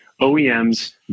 OEMs